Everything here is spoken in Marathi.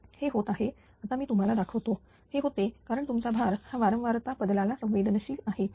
हे होत आहे आता मी तुम्हाला दाखवतो हे होते कारण तुमचा भार हा वारंवार बदलाला संवेदनशील आहे